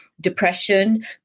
depression